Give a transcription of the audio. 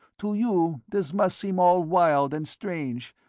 to you this must seem all wild and strange,